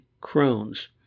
Crohn's